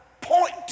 point